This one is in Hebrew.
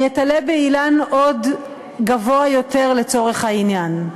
אני אתלה באילן גבוה עוד יותר לצורך העניין,